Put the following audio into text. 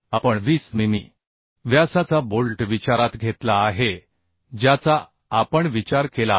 आपण 20 मिमी व्यासाचा बोल्ट विचारात घेतला आहे ज्याचा आपण विचार केला आहे